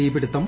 തീപിടുത്തം